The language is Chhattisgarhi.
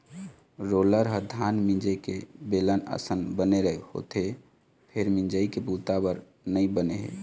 रोलर ह धान मिंजे के बेलन असन बने होथे फेर मिंजई के बूता बर नइ बने हे